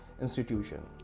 institution